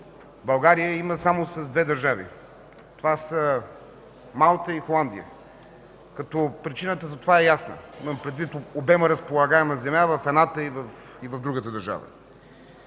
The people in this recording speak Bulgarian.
България има само с две държави – това са Малта и Холандия. Причината за това е ясна – имам предвид обема разполагаема земя в едната и в другата държава.